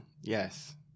Yes